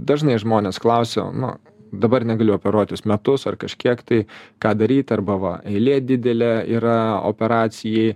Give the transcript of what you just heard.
dažnai žmonės klausia nu dabar negaliu operuotis metus ar kažkiek tai ką daryt arba va eilė didelė yra operacijai